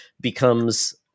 becomes